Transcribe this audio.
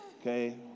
Okay